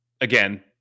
again